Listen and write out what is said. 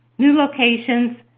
new locations,